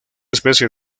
especie